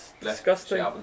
disgusting